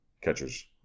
Catcher's